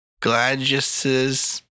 gladiuses